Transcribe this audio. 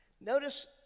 Notice